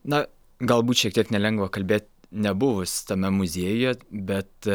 na galbūt šiek tiek nelengva kalbėt nebuvus tame muziejuje bet